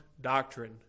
doctrine